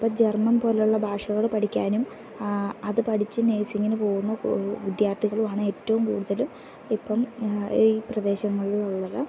ഇപ്പ ജർമ്മൻ പോലെയുള്ള ഭാഷകൾ പഠിക്കാനും അത് പഠിച്ചു നഴ്സിങ്ങിന് പോകുന്ന വിദ്യാർത്ഥികളുമാണ് ഏറ്റവും കൂടുതലും ഇപ്പം ഈ പ്രദേശങ്ങളിൽ ഉള്ളത്